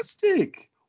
Fantastic